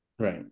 Right